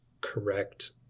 correct